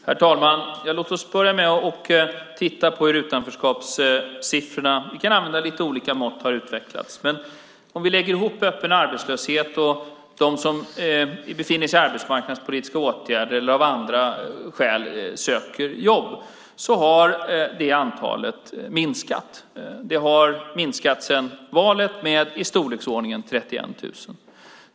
Herr talman! Låt oss börja med att titta på hur utanförskapssiffrorna - vi kan använda lite olika mått - har utvecklats. Vi kan lägga ihop öppen arbetslöshet och de som befinner sig i arbetsmarknadspolitiska åtgärder eller av andra skäl söker jobb. Det antalet har minskat. Det har minskat sedan valet med i storleksordningen 31 000.